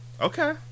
Okay